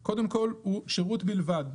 הוא קודם כל שירות בלבד.